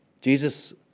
Jesus